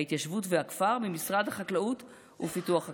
ההתיישבות והכפר ממשרד החקלאות ופיתוח הכפר.